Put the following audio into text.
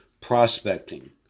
prospecting